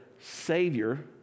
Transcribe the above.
Savior